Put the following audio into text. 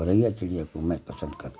गौरैया चिड़िया को मैं पसन्द करता हूँ